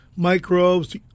microbes